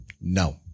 No